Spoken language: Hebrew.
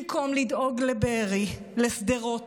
במקום לדאוג לבארי, לשדרות,